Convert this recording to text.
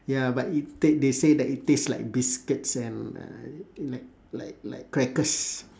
ya but it they they say that it taste like biscuits uh and like like like crackers